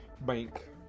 bank